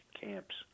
camps